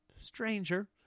stranger